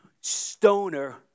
Stoner